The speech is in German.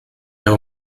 der